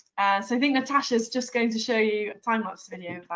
so i think natasha is just going to show you a time-lapse video of that.